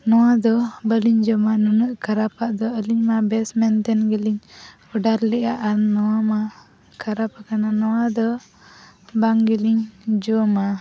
ᱱᱚᱣᱟ ᱫᱚ ᱵᱟᱞᱤᱧ ᱡᱚᱢᱟ ᱱᱩᱱᱟᱹᱜ ᱠᱷᱟᱨᱟᱯᱟᱜ ᱫᱚ ᱟᱞᱤᱧ ᱢᱟ ᱵᱮᱥ ᱢᱮᱱᱛᱮᱫ ᱜᱮᱞᱤᱝ ᱚᱰᱟᱨ ᱞᱮᱫᱼᱟ ᱟᱨ ᱱᱚᱣᱟᱢᱟ ᱠᱷᱟᱨᱟᱯᱟᱠᱟᱱᱟ ᱱᱚᱣᱟ ᱫᱚ ᱵᱟᱝᱜᱤᱞᱤᱧ ᱡᱚᱢᱟ